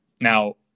now